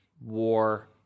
war